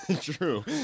True